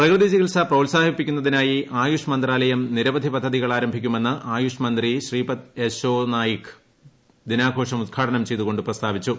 പ്രകൃതി ചികിത്സ പ്രോത്സാഹിപ്പിക്കുന്നതിനായി ആയുഷ് മന്ത്രാലയം നിരവധി പദ്ധതികൾ ആരംഭിക്കുമെന്ന് ആയുഷ്മന്ത്രി ശ്രീപദ് യെശോ നായിക് ദിനാഘോഷം ഉദ്ഘാടനം ചെയ്തുകൊണ്ട് പ്രസ്താവിച്ചു